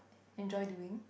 enjoy doing